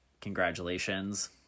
congratulations